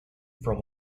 for